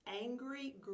angry